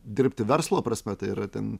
dirbti verslo prasme tai yra ten